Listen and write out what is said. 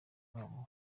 babo